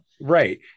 Right